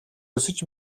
өсөж